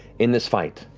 in this fight,